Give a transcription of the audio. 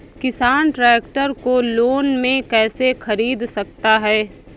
किसान ट्रैक्टर को लोन में कैसे ख़रीद सकता है?